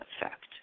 effect